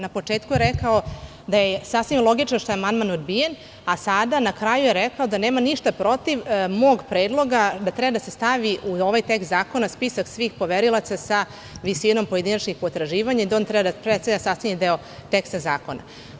Na početku je rekao da je sasvim logično što je amandman odbijen, a sada na kraju je rekao da nema ništa protiv mog predloga, da treba da se stavi u ovaj tekst zakona spisak svih poverilaca sa visinom pojedinačnih potraživanja i da on treba da predstavlja sastavni deo teksta zakona.